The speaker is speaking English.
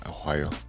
ohio